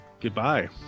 goodbye